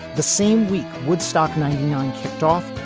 the same week woodstock ninety nine kicked off.